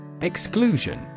Exclusion